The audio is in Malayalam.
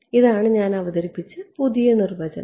ഇതാണ് ഞാൻ അവതരിപ്പിച്ച പുതിയ നിർവചനം